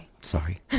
sorry